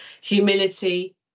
Humility